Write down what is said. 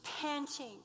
panting